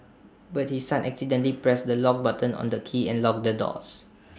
but his son accidentally pressed the lock button on the key and locked the doors